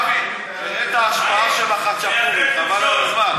דוד, תראה את ההשפעה של החצ'פורי, חבל על הזמן.